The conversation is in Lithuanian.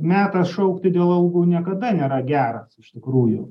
metas šaukti dėl algų niekada nėra geras iš tikrųjų